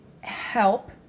help